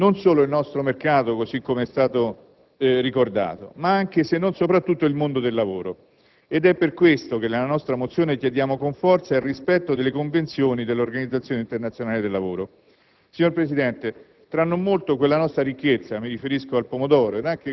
A soffrire di tale concorrenza non è solo la nostra alimentazione, non solo il nostro mercato, come è stato ricordato, ma anche, se non soprattutto, il mondo del lavoro. Ed è per questo che nella nostra mozione chiediamo con forza il rispetto delle Convenzioni dell'Organizzazione internazionale del lavoro.